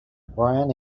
brian